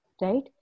right